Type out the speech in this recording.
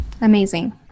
Amazing